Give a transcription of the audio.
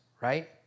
right